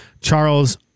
Charles